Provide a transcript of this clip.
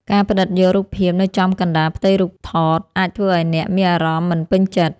ការផ្តិតយករូបភាពនៅចំកណ្តាលផ្ទៃរូបថត អាចធ្វើឱ្យអ្នកមានអារម្មណ៍មិនពេញចិត្ត។